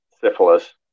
syphilis